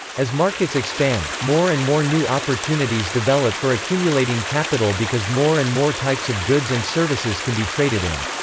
as markets expand, expand, more and more new opportunities develop for accumulating capital because more and more types of goods and services can be traded in.